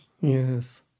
Yes